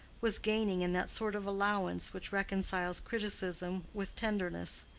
was gaining in that sort of allowance which reconciles criticism with tenderness.